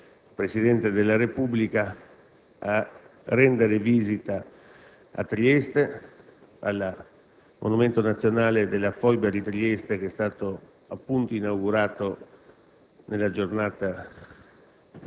ha invitato ufficialmente il Presidente della Repubblica a rendere visita al Monumento nazionale della foiba di Trieste, inaugurato